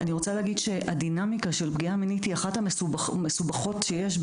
אני רוצה להגיד שהדינמיקה של פגיעה מינית היא אחת המסובכות שיש,